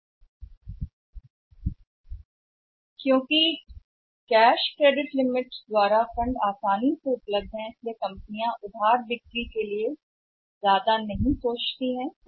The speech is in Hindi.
इसलिए चूंकि कैश फंड लिमिट के जरिए आसान फंड उपलब्ध हैं इसलिए कंपनियां भी ज्यादा नहीं सोचती हैं क्रेडिट पर बेचने के लिए